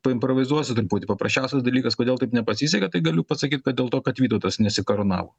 paimprovizuosiu truputį paprasčiausias dalykas kodėl taip nepasisekė tai galiu pasakyt kad dėl to kad vytautas nesikarūnavo